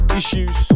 issues